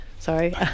sorry